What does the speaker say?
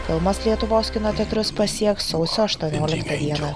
filmas lietuvos kino teatrus pasieks sausio aštuonioliktą dieną